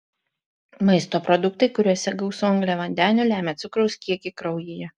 maisto produktai kuriuose gausu angliavandenių lemia cukraus kiekį kraujyje